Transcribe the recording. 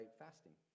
fasting